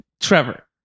Trevor